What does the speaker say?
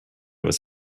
was